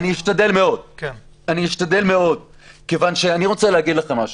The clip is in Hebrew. אני אשתדל מאוד כיוון שאני רוצה להגיד לכם משהו,